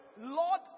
Lord